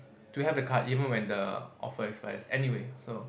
to have the card even when the offer expire anyway so